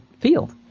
field